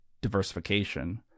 diversification